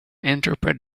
interpret